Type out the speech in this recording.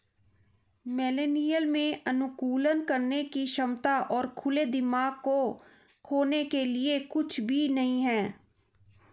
millennial में अनुकूलन करने की क्षमता और खुले दिमाग को खोने के लिए कुछ भी नहीं है